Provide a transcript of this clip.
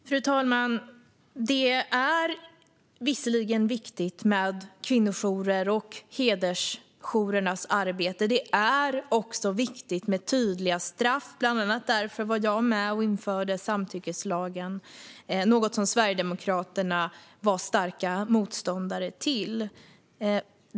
Fru talman! Det är visserligen viktigt med kvinnojourernas och hedersjourernas arbete. Det är också viktigt med tydliga straff. Bland annat därför var jag med och införde samtyckeslagen, något som Sverigedemokraterna var starka motståndare till.